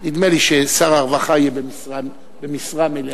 נדמה לי ששר הרווחה יהיה במשרה מלאה.